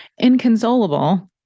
inconsolable